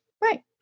right